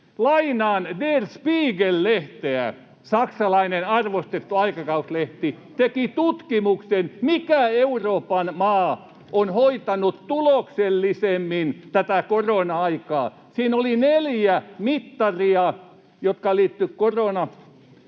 Lainaan Der Spiegel ‑lehteä. Saksalainen arvostettu aikakauslehti teki tutkimuksen siitä, mikä Euroopan maa on hoitanut tuloksellisimmin tätä korona-aikaa. Siinä oli neljä mittaria, jotka liittyivät koronasairauteen,